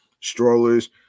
strollers